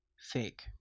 fake